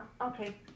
Okay